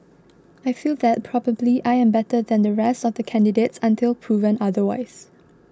I feel that probably I am better than the rest of the candidates until proven otherwise